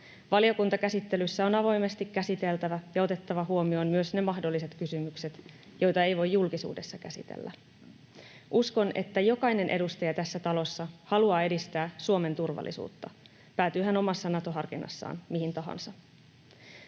Valiokuntakäsitellyssä on avoimesti käsiteltävä ja otettava huomioon myös ne mahdolliset kysymykset, joita ei voi julkisuudessa käsitellä. Uskon, että jokainen edustaja tässä talossa haluaa edistää Suomen turvallisuutta, päätyy hän omassa Nato-harkinnassaan mihin tahansa.